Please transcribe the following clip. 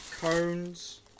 cones